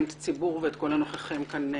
את הציבור ואת כל הנוכחים כאן מאוד.